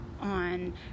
on